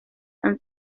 han